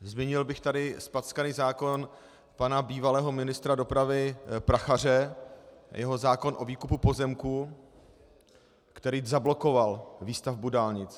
Zmínil bych tady zpackaný zákon pana bývalého ministra dopravy Prachaře a jeho zákon o výkupu pozemků, který zablokoval výstavbu dálnic.